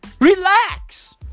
Relax